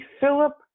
Philip